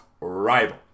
rival